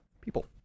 people